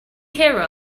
care